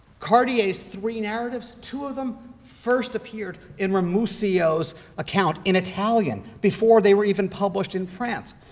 cartier's three narratives, two of them first appeared in ramusio's account in italian before they were even published in france.